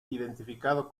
identificado